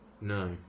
No